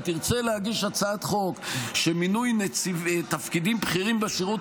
אם תרצה להגיש הצעת חוק שמינוי תפקידים בכירים בשירות